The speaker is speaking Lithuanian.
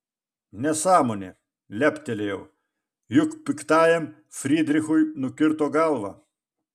nesąmonė leptelėjau juk piktajam frydrichui nukirto galvą